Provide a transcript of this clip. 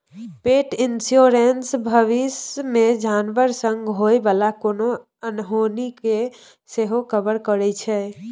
पेट इन्स्योरेन्स भबिस मे जानबर संग होइ बला कोनो अनहोनी केँ सेहो कवर करै छै